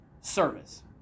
Service